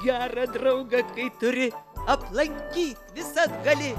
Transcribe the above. gerą draugą kai turi aplankyt visad gali